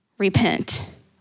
Repent